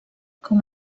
com